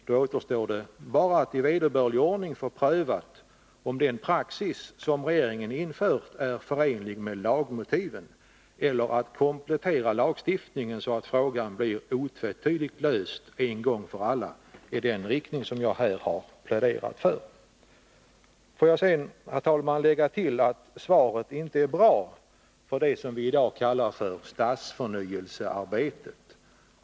Då återstår det bara att i vederbörlig ordning få prövat om den praxis som regeringen infört är förenlig med lagmotiven eller att komplettera lagstiftningen, så att frågan blir otvetydigt löst en gång för alla i den riktning som jag här har pläderat för. Får jag sedan, herr talman, lägga till att svaret inte är bra för det vi i dag kallar stadsförnyelsearbetet.